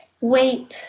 weep